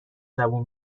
زبون